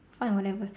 fine whatever